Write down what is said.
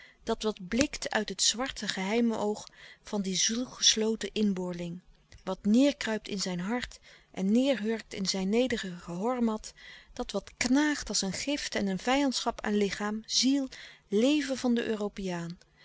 dat wat blikt uit het zwarte geheimoog van den zielgeslotenen inboorling wat neêrkruipt in zijn hart en neêrhurkt in zijn nederige hormat dat wat knaagt als een gift en een vijandschap aan lichaam ziel leven van den europeaan